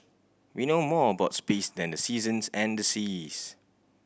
we know more about space than the seasons and the seas